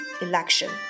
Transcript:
election